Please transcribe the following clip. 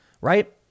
Right